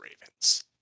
Ravens